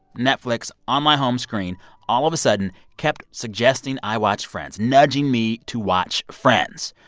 netflix on my home screen all of a sudden kept suggesting i watch friends, nudging me to watch friends.